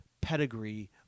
pedigree